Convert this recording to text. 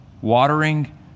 watering